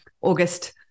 August